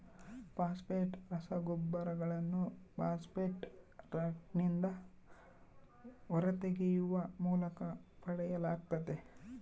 phosphate ರಸಗೊಬ್ಬರಗಳನ್ನು phosphate ರಾಕ್ನಿಂದ ಹೊರತೆಗೆಯುವ ಮೂಲಕ ಪಡೆಯಲಾಗ್ತತೆ